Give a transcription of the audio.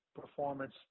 performance